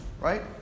right